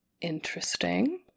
Interesting